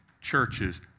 churches